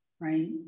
right